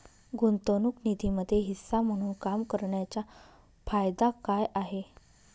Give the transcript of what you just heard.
गुंतवणूक निधीमध्ये हिस्सा म्हणून काम करण्याच्या फायदा काय आहे?